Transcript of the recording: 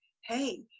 hey